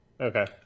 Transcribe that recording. Okay